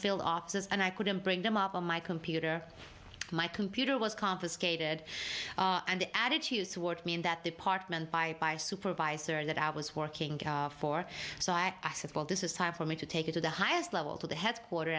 field offices and i couldn't bring them up on my computer my computer was confiscated and attitudes toward me in that department by my supervisor that i was working for so i asked well this is time for me to take it to the highest level to the headquarter